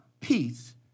peace